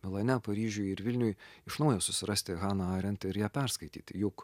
milane paryžiuj ir vilniuj iš naujo susirasti haną arent ir ją perskaityti juk